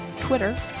Twitter